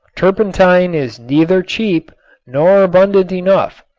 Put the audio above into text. turpentine is neither cheap nor abundant enough.